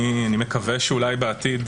אני מקווה שאולי בעתיד